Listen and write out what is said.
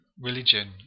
religion